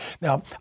Now